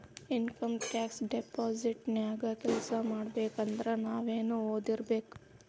Income tax department ನ್ಯಾಗ್ ಕೆಲ್ಸಾಮಾಡ್ಬೇಕಂದ್ರ ನಾವೇನ್ ಒದಿರ್ಬೇಕು?